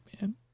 man